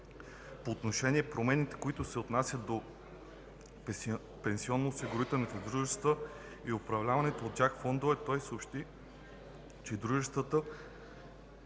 По отношение промените, които се отнасят до пенсионноосигурителните дружества и управляваните от тях фондове, той съобщи, че дружествата